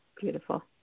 Beautiful